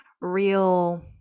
real